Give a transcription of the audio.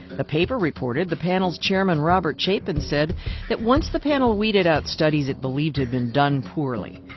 the paper reported the panel's chairman, robert chapin, said that once the panel weeded out studies it believed had been done poorly,